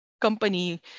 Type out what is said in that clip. company